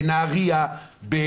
בנהריה,